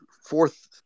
Fourth